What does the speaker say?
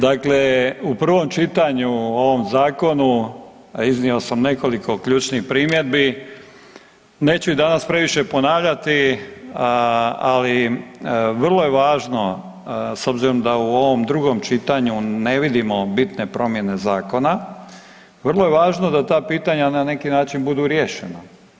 Dakle, u prvom čitanju o ovom zakonu iznio sam nekoliko ključnih primjedbi, neću ih danas previše ponavljati, ali vrlo je važno s obzirom da u ovom drugom čitanju ne vidimo bitne promjene zakona vrlo je važno da ta pitanja na neki način budu riješena.